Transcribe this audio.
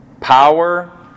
Power